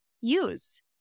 use